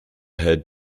head